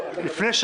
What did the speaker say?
ולא אישרו לי דיון,